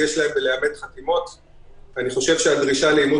אבל אני לא חושב שבכך שמאפשרים דרך נוספת לאימות